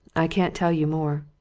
i can't tell you more.